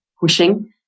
pushing